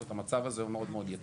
זאת אומרת המצב הזה הוא מאוד יציב.